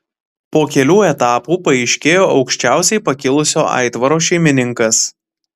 po kelių etapų paaiškėjo aukščiausiai pakilusio aitvaro šeimininkas